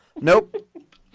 Nope